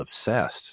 obsessed